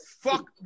fuck